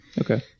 okay